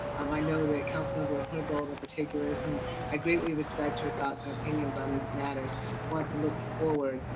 um i know that councilmember ah herbold in and particular who i greatly respect her thoughts and opinions on these matters wants to look forward.